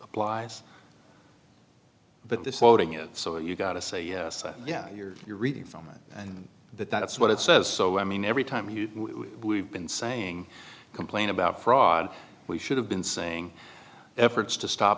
applies but this floating is so you've got to say yeah you're reading from it and that that's what it says so i mean every time we've been saying complain about fraud we should have been saying efforts to stop